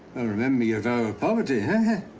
oh, remember your vow of poverty, ah?